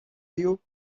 you